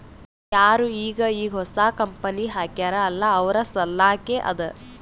ಯಾರು ಈಗ್ ಈಗ್ ಹೊಸಾ ಕಂಪನಿ ಹಾಕ್ಯಾರ್ ಅಲ್ಲಾ ಅವ್ರ ಸಲ್ಲಾಕೆ ಅದಾ